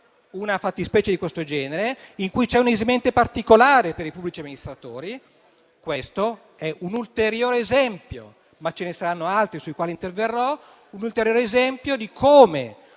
una fattispecie di questo genere, in cui c'è un'esimente particolare per i pubblici amministratori. Questo è un ulteriore esempio, ma ce ne saranno altri sui quali interverrò, di come,